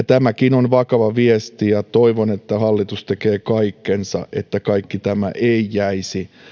tämäkin on vakava viesti ja toivon että hallitus tekee kaikkensa että kaikki tämä ei jäisi